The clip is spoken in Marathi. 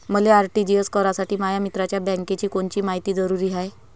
मले आर.टी.जी.एस करासाठी माया मित्राच्या बँकेची कोनची मायती जरुरी हाय?